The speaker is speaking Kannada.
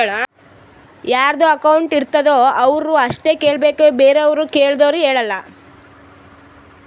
ಯಾರದು ಅಕೌಂಟ್ ಇರ್ತುದ್ ಅವ್ರು ಅಷ್ಟೇ ಕೇಳ್ಬೇಕ್ ಬೇರೆವ್ರು ಕೇಳ್ದೂರ್ ಹೇಳಲ್ಲ